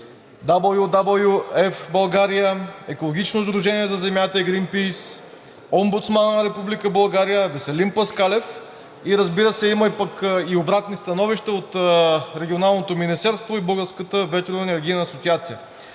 www.аfbulgaria, Екологично сдружение за земята и Грийнпийс, Омбудсманът на Република България, Веселин Паскалев и разбира се, има обратни становища от Регионалното министерство и Българската ветроенергийна асоциация.